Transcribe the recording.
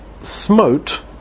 smote